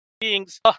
beings